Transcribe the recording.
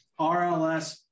RLS